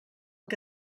que